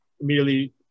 immediately